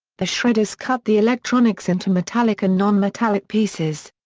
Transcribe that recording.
the shredders cut the electronics into metallic and non-metallic pieces.